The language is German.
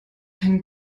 hängen